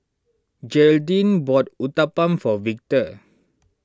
Gearldine bought Uthapam for Victor